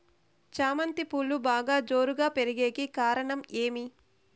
చామంతి పువ్వులు బాగా జోరుగా పెరిగేకి కారణం ఏమి?